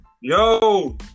Yo